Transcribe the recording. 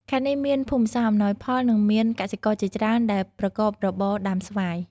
ខេត្តនេះមានភូមិសាស្ត្រអំណោយផល និងមានកសិករជាច្រើនដែលប្រកបរបរដាំស្វាយ។